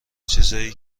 چیزای